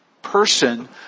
person